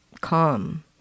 calm